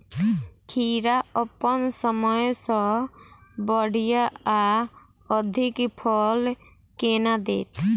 खीरा अप्पन समय सँ बढ़िया आ अधिक फल केना देत?